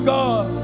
God